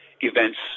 events